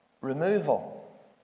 removal